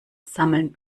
sammeln